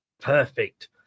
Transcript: Perfect